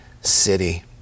city